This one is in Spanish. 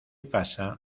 pasa